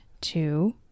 two